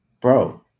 Bro